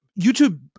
YouTube